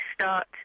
start